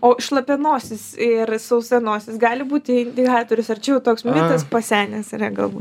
o šlapia nosis ir sausa nosis gali būti indikatorius ar čia jau toks mitas pasenęs yra galbū